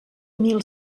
mil